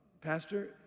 pastor